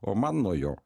o man nuo jo